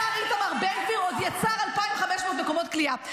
-- השר איתמר בן גביר עוד יצר 2,500 מקומות כליאה.